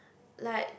like